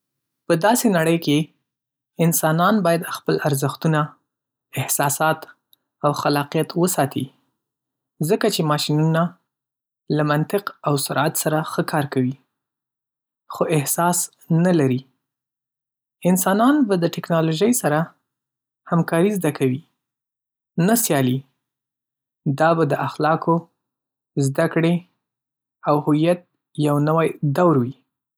په داسې نړۍ کې، انسانان باید خپل ارزښتونه، احساسات او خلاقیت وساتي، ځکه چې ماشینونه له منطق او سرعت سره خه کار کوي، خو احساس نه لري. انسانان به د ټکنالوژۍ سره همکاري زده کوي، نه سیالي. دا به د اخلاقو، زده‌کړې، او هویت یو نوی دور وي.